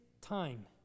time